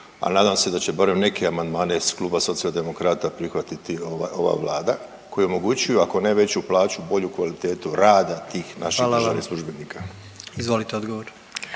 a nadam se da će barem neke amandmane iz Kluba Socijaldemokrata prihvatiti ova Vlada koji omogućuju ako ne veću plaću bolju kvalitetu rada tih naših …/Upadica: Hvala vam./… državnih